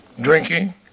drinking